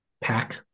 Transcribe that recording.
pack